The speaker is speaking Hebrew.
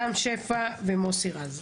רם שפע ומוסי רז.